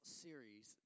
series